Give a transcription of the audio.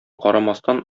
карамастан